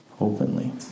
openly